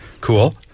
Cool